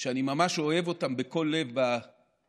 שאני ממש אוהב אותם בכל לב בפוליטיקה